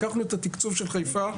לקחנו את התקצוב של חיפה,